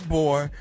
boy